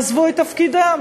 עזבו את תפקידם.